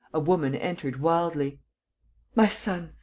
a woman entered, wildly my son!